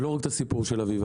ולא רק את הסיפור של אביבה.